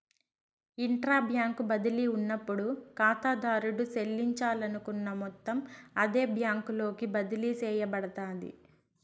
intra bank బదిలీ ఉన్నప్పుడు కాతాదారుడు సెల్లించాలనుకున్న మొత్తం అదే బ్యాంకులోకి బదిలీ సేయబడతాది